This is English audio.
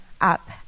up